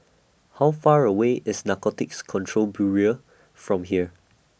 How Far away IS Narcotics Control Bureau from here